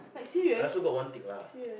I also got one thing lah